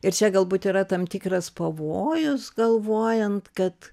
ir čia galbūt yra tam tikras pavojus galvojant kad